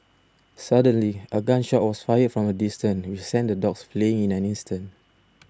suddenly a gun shot was fired from a distance which sent the dogs fleeing in an instant